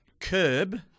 curb